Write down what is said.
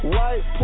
White